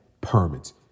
permits